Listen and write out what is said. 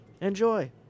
Enjoy